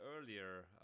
earlier